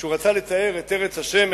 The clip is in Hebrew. כשהוא רצה לתאר את ארץ השם,